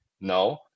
No